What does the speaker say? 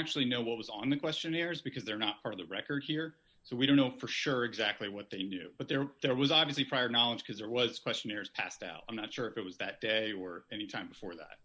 actually know what was on the questionnaires because they're not part of the record here so we don't know for sure exactly what they knew but there were there was obviously prior knowledge because there was questionnaires passed out i'm not sure if it was that day or any time before that